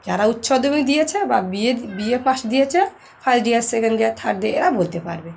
যারা উচ্চ মাধ্যমিক দিয়েছে বা B A B A pass দিয়েছে first year second year third year এরা বলতে পারবে